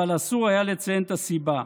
אבל אסור היה לציין את הסיבה,